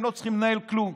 הם לא צריכים לנהל כלום,